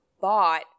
bought